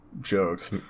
jokes